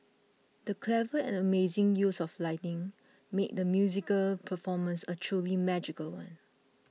the clever and amazing use of lighting made the musical performance a truly magical one